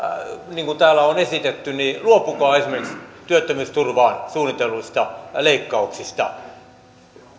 niin kuin täällä on esitetty luopukaa esimerkiksi työttömyysturvaan suunnitelluista leikkauksista